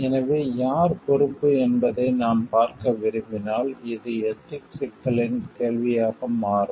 எனவே யார் பொறுப்பு என்பதை நாம் பார்க்க விரும்பினால் இது எதிக்ஸ் சிக்கல்களின் கேள்வியாக மாறும்